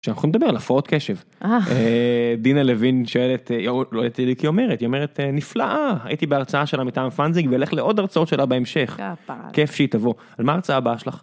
כשאנחנו נדבר על הפרעות קשב, דינה לוין שואלת, היא אומרת נפלאה, הייתי בהרצאה שלה מטעם פאנזיג ואלך לעוד הרצאות שלה בהמשך, כיף שהיא תבוא, על מה ההרצאה הבאה שלך.